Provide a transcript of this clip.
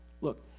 Look